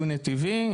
דו-נתיבי,